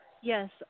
yes